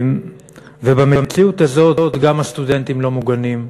ובמציאות הזו גם הסטודנטים לא מוגנים.